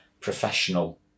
professional